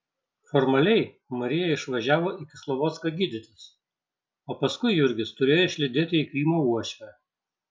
formaliai marija išvažiavo į kislovodską gydytis o paskui jurgis turėjo išlydėti į krymą uošvę